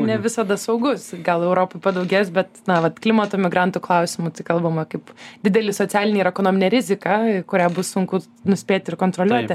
ne visada saugus gal europoj padaugės bet na vat klimato migrantų klausimu tai kalbama kaip didelį socialinį ir ekonominę riziką į kurią bus sunku nuspėt ir kontroliuoti